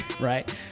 Right